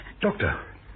Doctor